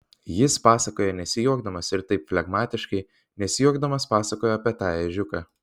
jis pasakojo nesijuokdamas ir taip flegmatiškai nesijuokdamas pasakojo apie tą ežiuką